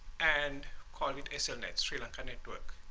and call it slnet, sri lanka network.